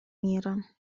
мира